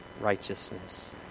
righteousness